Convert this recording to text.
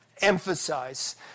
Emphasize